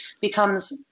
becomes